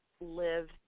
live